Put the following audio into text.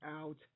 out